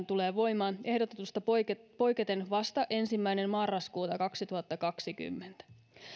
tulee voimaan ehdotetusta poiketen poiketen vasta ensimmäinen marraskuuta kaksituhattakaksikymmentä